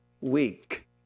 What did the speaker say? week